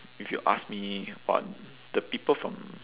if you ask me what the people from